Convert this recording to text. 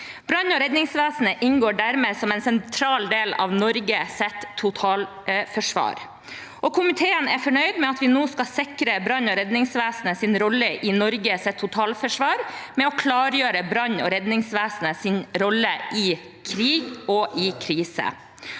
Brann- og redningsvesenet inngår dermed som en sentral del av Norges totalforsvar. Komiteen er fornøyd med at vi nå skal sikre brann- og redningsvesenets rolle i Norges totalforsvar ved å klargjøre brannog redningsvesenets rolle i krig og i krise,